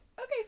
okay